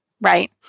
right